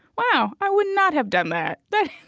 wow. i would not have done that. but